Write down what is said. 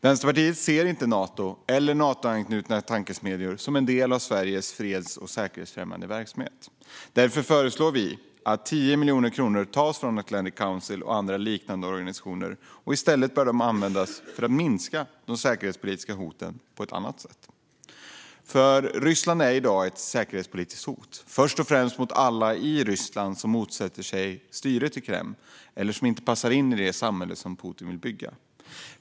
Vänsterpartiet ser inte Nato eller Natoanknutna tankesmedjor som en del av Sveriges freds och säkerhetsfrämjande verksamhet. Därför föreslår vi att 10 miljoner kronor tas från Atlantic Council och andra liknande organisationer. I stället bör de användas för att minska de säkerhetspolitiska hoten på ett annat sätt. Ryssland är i dag ett säkerhetspolitiskt hot, först och främst mot alla i Ryssland som motsätter sig styret i Kreml eller som inte passar in i det samhälle som Putin vill bygga.